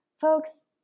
Folks